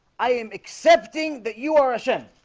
i am accepting that you are a sin